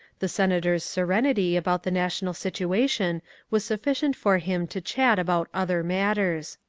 the senator's serenity about the national situation was suapsbcient for him to chat about other matters.